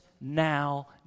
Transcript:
now